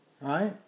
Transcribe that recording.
right